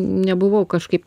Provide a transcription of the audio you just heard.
nebuvau kažkaip